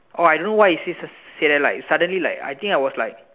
oh I don't know why he say say that like suddenly like I think I was like